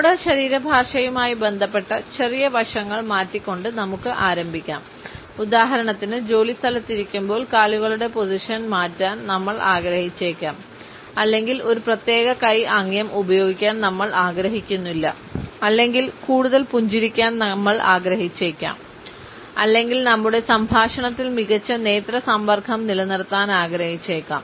നമ്മുടെ ശരീരഭാഷയുമായി ബന്ധപ്പെട്ട ചെറിയ വശങ്ങൾ മാറ്റിക്കൊണ്ട് നമുക്ക് ആരംഭിക്കാം ഉദാഹരണത്തിന് ജോലിസ്ഥലത്ത് ഇരിക്കുമ്പോൾ കാലുകളുടെ പൊസിഷൻ മാറ്റാൻ നമ്മൾ ആഗ്രഹിച്ചേക്കാം അല്ലെങ്കിൽ ഒരു പ്രത്യേക കൈ ആംഗ്യം ഉപയോഗിക്കാൻ നമ്മൾ ആഗ്രഹിക്കുന്നില്ല അല്ലെങ്കിൽ കൂടുതൽ പുഞ്ചിരിക്കാൻ നമ്മൾ ആഗ്രഹിച്ചേക്കാം അല്ലെങ്കിൽ നമ്മുടെ സംഭാഷണത്തിൽ മികച്ച നേത്ര സമ്പർക്കം നിലനിർത്താൻ ആഗ്രഹിച്ചേക്കാം